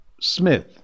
Smith